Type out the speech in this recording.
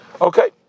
Okay